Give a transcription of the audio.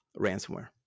ransomware